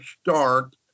start